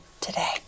today